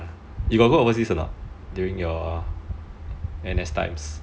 you got go overseas during your N_S times